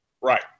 Right